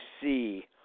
see